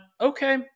okay